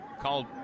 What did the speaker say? called